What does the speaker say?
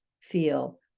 feel